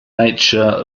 nature